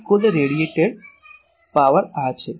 તેથી કુલ ફેલાયેલ પાવર આ છે